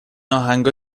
آهنگها